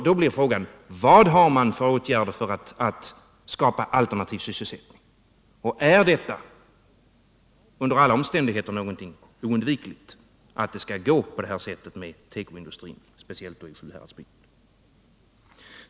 Då blir frågan: Vilka åtgärder har man för att skapa alternativ sysselsättning? Är det under alla omständigheter oundvikligt att det skall gå på det här sättet med tekoindustrin, speciellt då i Sjuhäradsbygden?